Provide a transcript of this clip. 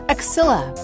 Axilla